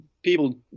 people